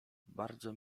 bardzo